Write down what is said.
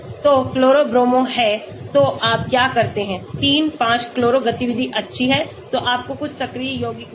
तो chloro bromo है तो आप क्या करते हैं 3 5 क्लोरो गतिविधि अच्छी है तो आपको कुछ सक्रिय यौगिक मिले